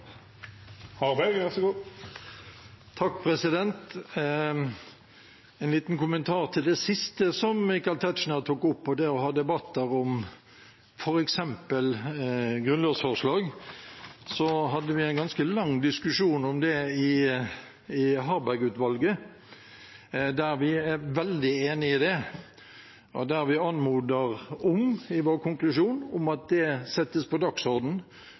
En liten kommentar til det siste Michael Tetzschner tok opp, om det å ha debatter om f.eks. grunnlovsforslag: Vi hadde en ganske lang diskusjon om det i Harberg-utvalget. Vi er veldig enig i det, og vi anmoder i vår konklusjon om at det settes på